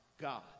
God